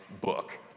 book